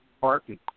parking